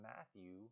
Matthew